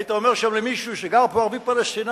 היית אומר שם למישהו שגר פה ערבי פלסטיני,